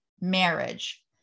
marriage